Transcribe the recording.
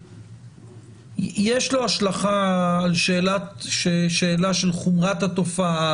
יש לו השלכה על השאלה של חומרת התופעה,